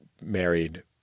married